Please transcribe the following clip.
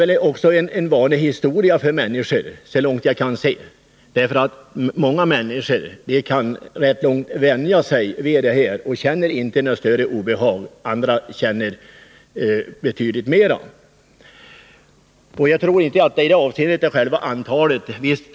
Det är såvitt jag förstår också fråga om en vanesak. Många människor kan i rätt hög grad vänja sig vid störningarna och känner inte några större obehag, medan andra drabbas betydligt mera. Jag tror inte att det avgörande i detta fall är antalet flygplansrörelser.